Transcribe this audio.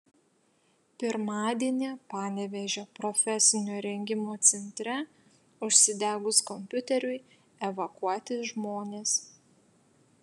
pirmadienį panevėžio profesinio rengimo centre užsidegus kompiuteriui evakuoti žmonės